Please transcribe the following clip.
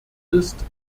ist